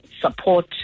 support